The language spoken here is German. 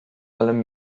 allem